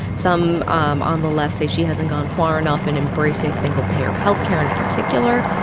some um on the left say she hasn't gone far enough in embracing single-payer health care in particular.